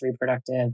reproductive